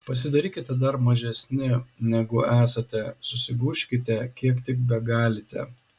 pasidarykite dar mažesni negu esate susigūžkite kiek tik begalite